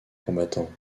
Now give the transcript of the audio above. combattants